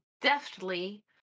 deftly